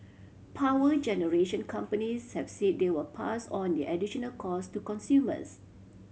power generation companies have said they will pass on the additional cost to consumers